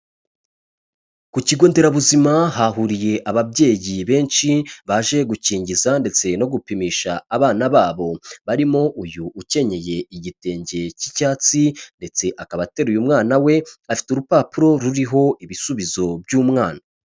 Ku kigo nderabuzima hahuriye ababyeyi benshi baje gukingiza ndetse no gupimisha abana babo, barimo uyu ukenyeye igitenge cy'icyatsi ndetse akaba ateruye umwana we, afite urupapuro ruriho ibisubizo by'umwana.